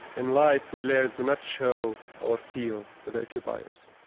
and life, we learned to not show our feel to the occupiers